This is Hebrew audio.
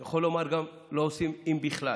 יכול לומר שאנחנו כמעט לא עושים, אם בכלל.